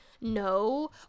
no